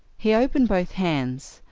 he opened both hands,